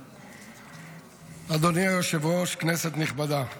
אדוני היושב-ראש, כנסת נכבדה,